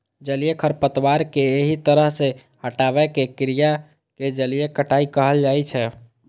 जलीय खरपतवार कें एहि तरह सं हटाबै के क्रिया कें जलीय कटाइ कहल जाइ छै